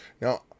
Now